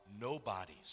nobodies